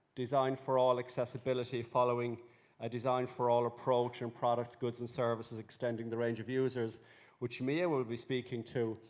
design for all accessibility following a design for all approach in products, goods, and services extending the range of users which mia will be speaking to.